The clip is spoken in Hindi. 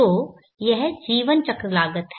तो यह जीवन चक्र लागत है